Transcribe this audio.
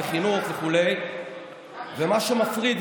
בחינוך וכו'; מה שמפריד,